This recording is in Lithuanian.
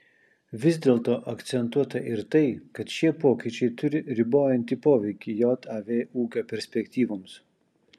vis dėlto akcentuota ir tai kad šie pokyčiai turi ribojantį poveikį jav ūkio perspektyvoms